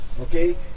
Okay